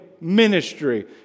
ministry